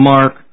Mark